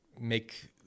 make